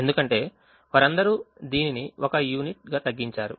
ఎందుకంటే వారందరూ దీనిని 1 యూనిట్ తగ్గించారు